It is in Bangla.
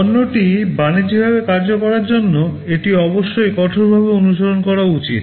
পণ্যটি বাণিজ্যিকভাবে কার্যকর করার জন্য এটি অবশ্যই কঠোরভাবে অনুসরণ করা উচিত